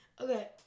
Okay